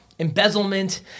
embezzlement